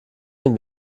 den